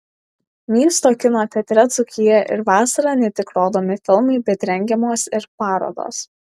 miesto kino teatre dzūkija ir vasarą ne tik rodomi filmai bet rengiamos ir parodos